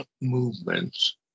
movements